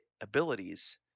abilities